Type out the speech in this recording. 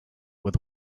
with